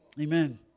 Amen